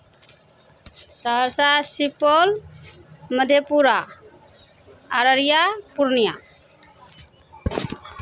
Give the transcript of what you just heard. Saharsa Supaul Madhepura Araria Purnia